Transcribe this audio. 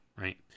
right